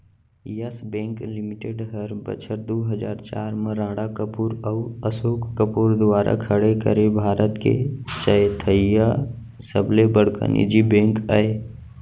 yes bank limited हर बछर दू हजार चार म राणा कपूर अउ असोक कपूर दुवारा खड़े करे भारत के चैथइया सबले बड़का निजी बेंक अय